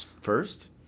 first